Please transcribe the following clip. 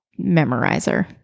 memorizer